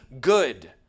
good